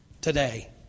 today